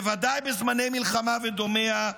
בוודאי בזמני מלחמה ודומיה,